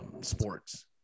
sports